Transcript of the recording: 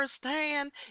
firsthand